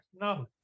no